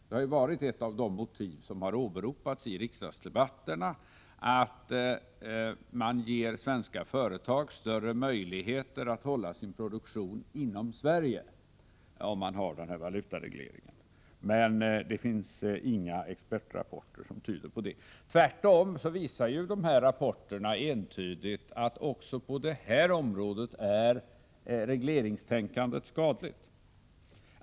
Det har varit ett av de motiv som åberopats i riksdagsdebatterna att man ger svenska företag större möjligheter att hålla sin produktion inom Sverige, om man har en valutareglering. Men det finns ingenting som tyder på det. Tvärtom visar dessa rapporter entydigt att även på detta område är regleringstänkandet skadligt.